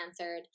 answered